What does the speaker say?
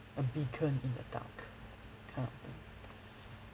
a beacon in the dark kind of thing